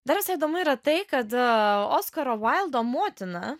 dar visai įdomu yra tai kad oskaro vaildo motina